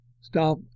stop